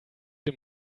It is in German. den